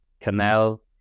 canal